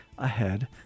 Ahead